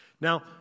Now